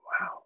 Wow